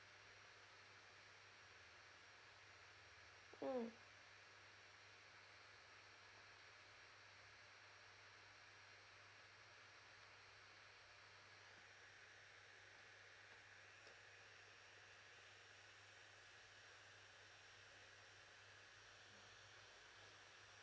mm